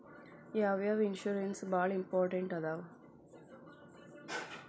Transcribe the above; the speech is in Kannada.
ಯಾವ್ಯಾವ ಇನ್ಶೂರೆನ್ಸ್ ಬಾಳ ಇಂಪಾರ್ಟೆಂಟ್ ಅದಾವ?